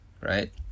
right